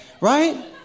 Right